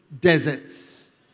deserts